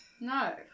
no